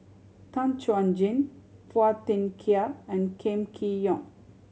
Tan Chuan Jin Phua Thin Kiay and Kam Kee Yong